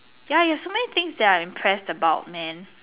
ya you have so many things that I'm impressed about man